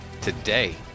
today